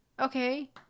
Okay